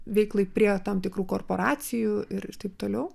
veiklai prie tam tikrų korporacijų ir ir taip toliau